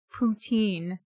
poutine